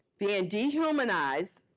being dehumanized.